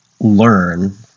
learn